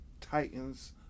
titans